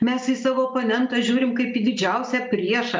mes į savo oponentą žiūrim kaip į didžiausią priešą